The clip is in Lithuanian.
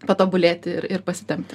patobulėti ir ir pasitempti